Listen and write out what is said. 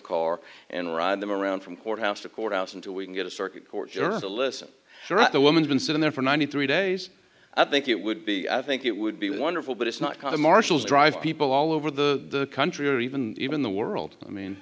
car and ride them around from courthouse to courthouse until we can get a circuit court jury to listen to what the woman's been sitting there for ninety three days i think it would be i think it would be wonderful but it's not kind of marshals dr people all over the country or even even the world i mean